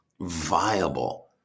viable